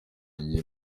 gihe